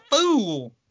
fool